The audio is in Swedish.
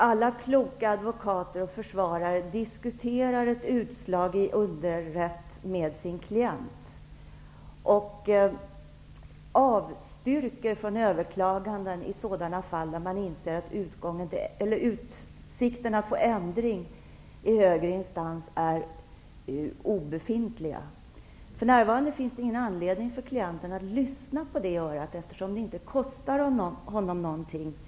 Alla kloka advokater och försvarare diskuterar ett utslag i underrätt med sin klient. De avstyrker från överklaganden i sådana fall där utsikterna att få ändring i högre instans är obefintliga. För närvarande finns det ingen anledning för klienten att lyssna på det örat, eftersom det inte kostar honom något att gå vidare.